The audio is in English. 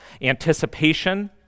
anticipation